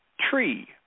tree